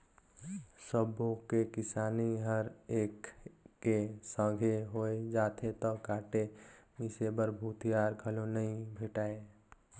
सबो के किसानी हर एके संघे होय जाथे त काटे मिसे बर भूथिहार घलो नइ भेंटाय